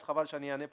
אז חבל שאענה פה.